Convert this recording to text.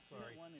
Sorry